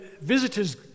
visitors